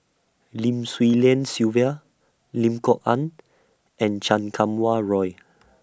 Lim Swee Lian Sylvia Lim Kok Ann and Chan Kum Wah Roy